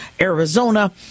Arizona